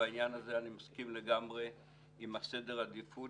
בעניין הזה אני מסכים לגמרי עם סדר העדיפות